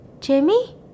Jamie